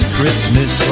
Christmas